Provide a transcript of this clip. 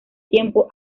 tiempo